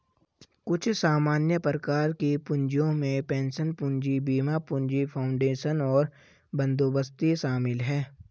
कुछ सामान्य प्रकार के पूँजियो में पेंशन पूंजी, बीमा पूंजी, फाउंडेशन और बंदोबस्ती शामिल हैं